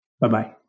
Bye-bye